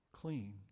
clean